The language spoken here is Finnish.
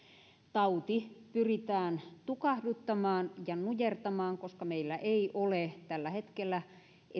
tauti pyritään tukahduttamaan ja nujertamaan koska meillä ei ole tällä hetkellä